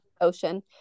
ocean